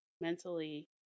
mentally